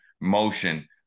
motion